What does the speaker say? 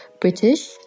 British